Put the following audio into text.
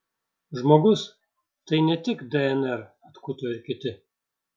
žmogus tai ne tik dnr atkuto ir kiti